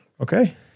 Okay